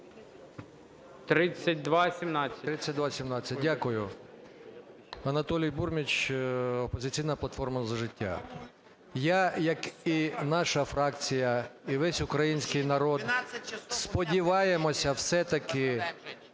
3217. Дякую. Анатолій Бурміч, "Опозиційна платформа - За життя". Я, як і наша фракція, і весь український народ сподіваємося все-таки